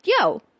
yo